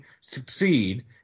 succeed